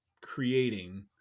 creating